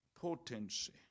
potency